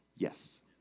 Yes